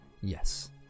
Yes